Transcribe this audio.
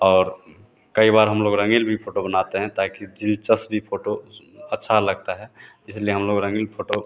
और कई बार हम लोग रंगील भी फ़ोटो बनाते हैं ताकि जिन सबकी फ़ोटो उस अच्छा लगता है इसलिए हम लोग रंगील फ़ोटो